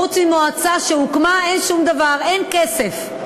חוץ ממועצה שהוקמה אין שום דבר, אין כסף.